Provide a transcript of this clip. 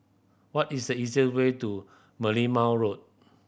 what is the easiest way to Merlimau Road